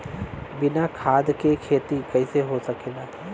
बिना खाद के खेती कइसे हो सकेला?